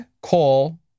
call